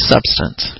Substance